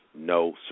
No